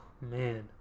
man